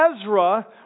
Ezra